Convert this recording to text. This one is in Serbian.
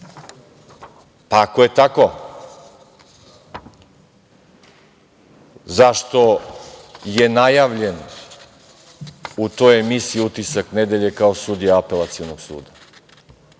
suda. Ako je tako, zašto je najavljen u toj emisiji „Utisak nedelje“ kao sudija Apelacionog suda?